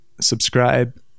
Subscribe